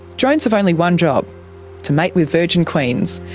drones have only one job to mate with virgin queens,